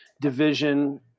division